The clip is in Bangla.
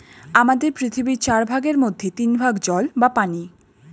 আমাদের পৃথিবীর চার ভাগের মধ্যে তিন ভাগ জল বা পানি